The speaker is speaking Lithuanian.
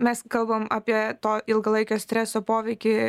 mes kalbame apie to ilgalaikio streso poveikį